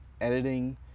editing